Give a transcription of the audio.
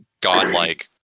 godlike